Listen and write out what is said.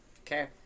Okay